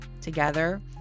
Together